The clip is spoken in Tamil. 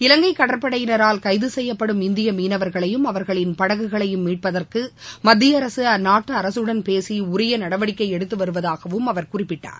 இலங்கைகடற்படையினரால் கைதுசெய்யப்படும் இந்தியமீனவர்களையும் அவர்களின் படகுகளையும் மீட்பதற்குமத்தியஅரசுஅந்நாட்டுஅரசுடன் பேசிஉரியநடவடிக்கைஎடுத்துவருவதாகவும் அவர் குறிப்பிட்டார்